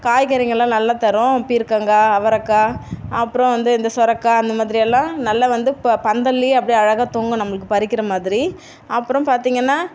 காய்கறிகெல்லாம் நல்லா தரும் பீர்க்கங்காய் அவரக்காய் அப்புறம் வந்து இந்த சுரக்கா அந்த மாதிரி எல்லாம் நல்லா வந்து இப்போ பந்தல்லேயே அப்படியே அழகாக தொங்கும் நம்மளுக்கு பறிக்கின்ற மாதிரி அப்புறம் பார்த்தீங்கன்னா